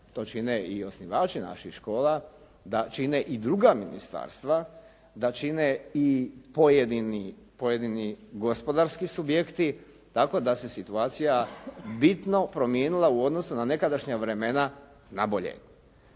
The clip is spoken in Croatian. to čine i osnivači naših škola, da čine i druga ministarstva, da čine i pojedini gospodarski subjekti tako da se situacija bitno promijenila u odnosu na nekadašnja vremena na bolje.